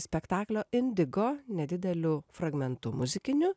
spektaklio indigo nedideliu fragmentu muzikiniu